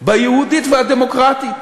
ב"יהודית ודמוקרטית".